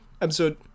episode